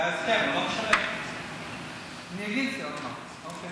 זה ההסכם, אני אגיד את זה עוד מעט.